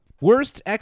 Worst